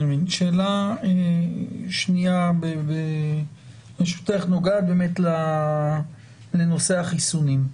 שאלה שנייה נוגעת לנושא החיסונים.